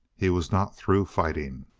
he was not through fighting.